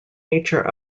nature